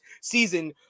season